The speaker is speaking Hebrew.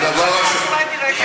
אז אולי נראה,